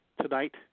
tonight